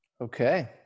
Okay